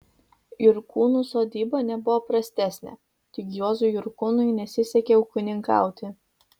jurkūnų sodyba nebuvo prastesnė tik juozui jurkūnui nesisekė ūkininkauti